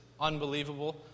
unbelievable